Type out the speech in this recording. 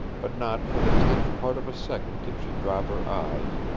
but not for the tenth part of a second did she drop her eyes,